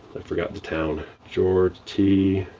i forgot the town. george, t.